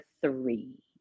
three